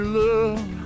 love